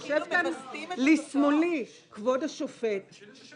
יושב כאן לשמאלי כבוד השופט, -- תשאלי שוב.